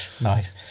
Nice